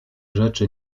rzeczy